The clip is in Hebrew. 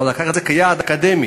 אבל לקח את זה כיעד אקדמי,